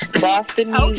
Boston